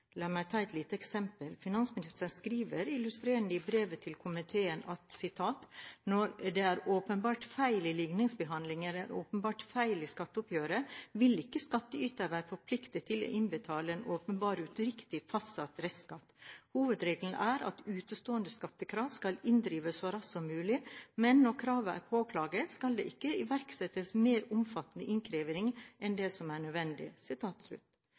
La meg ta et lite eksempel. Finansministeren skriver illustrerende i brevet til komiteen: «Når det er åpenbare feil i ligningsbehandlingen eller åpenbare og vesentlige feil i skatteoppgjøret, vil ikke skattyter være forpliktet til å innbetale en åpenbart uriktig fastsatt restskatt. Hovedregelen er at utestående skattekrav skal inndrives så raskt som mulig, men når kravet er påklaget skal det ikke iverksettes mer omfattende innkreving enn det som er nødvendig.»